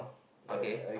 okay